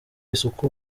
isuku